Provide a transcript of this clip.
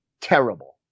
terrible